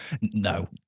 No